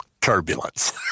turbulence